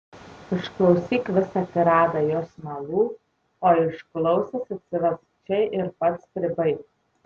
išklausyk visą tiradą jos melų o išklausęs atsivesk čia ir pats pribaik